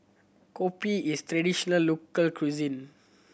kopi is traditional local cuisine